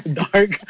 dark